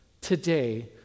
today